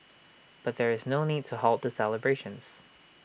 but there is no need to halt the celebrations